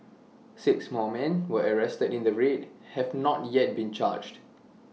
six more men were arrested in the raid have not yet been charged